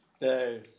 No